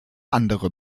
andere